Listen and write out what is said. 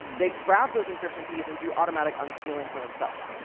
they grab those encryption keys and do automatic unsealing for themselves.